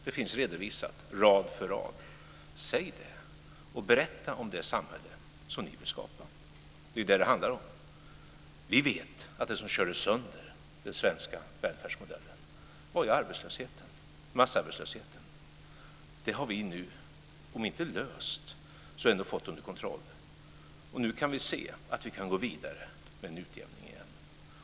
Det finns redovisat, rad för rad. Säg det! Berätta om det samhälle ni vill skapa! Det är ju det som det handlar om. Vi vet att det som körde sönder den svenska välfärdsmodellen var massarbetslösheten. Det har vi nu om inte löst så fått under kontroll. Nu kan vi se att vi kan gå vidare med en utjämning igen.